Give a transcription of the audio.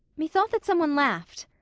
methought that some one laughed.